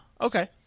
Okay